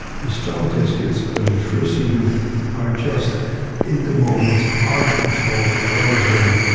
these traumatised kids when we first see them are just in the moment, out of control, frozen,